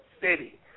City